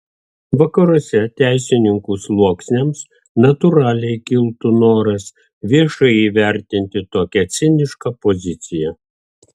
vakaruose teisininkų sluoksniams natūraliai kiltų noras viešai įvertinti tokią cinišką poziciją